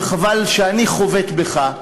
וחבל שאני חובט בך.